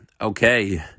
Okay